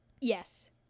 Yes